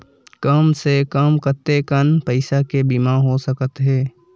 कम से कम कतेकन पईसा के बीमा हो सकथे?